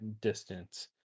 distance